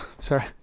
Sorry